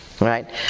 right